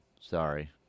Sorry